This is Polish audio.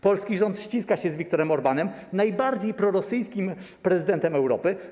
Polski rząd ściska się z Wiktorem Orbánem, najbardziej prorosyjskim prezydentem Europy.